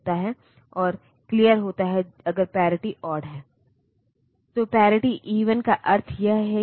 वे multiplex address data bus हैं